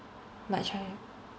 much higher